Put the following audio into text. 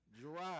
drive